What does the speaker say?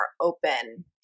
open